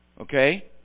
Okay